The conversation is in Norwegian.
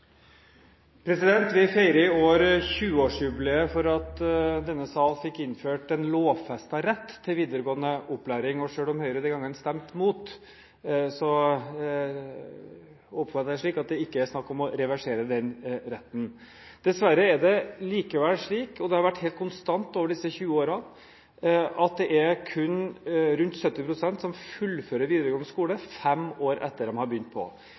i år 20-årsjubileet for at denne sal fikk innført en lovfestet rett til videregående opplæring. Selv om Høyre den gangen stemte imot, oppfatter jeg det slik at det ikke er snakk om å reversere denne retten. Dessverre er det likevel slik – og det har vært helt konstant de 20 årene – at det er kun rundt 70 pst. som har fullført videregående skole fem år etter